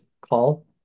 call